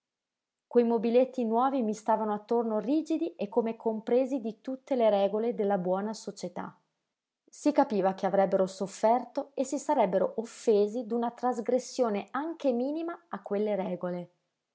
quei mobiletti nuovi mi stavano attorno rigidi e come compresi di tutte le regole della buona società si capiva che avrebbero sofferto e si sarebbero offesi d'una trasgressione anche minima a quelle regole